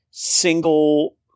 single